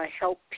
help